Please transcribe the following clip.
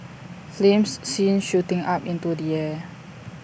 flames seen shooting up into the air